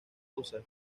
rusia